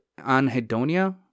Anhedonia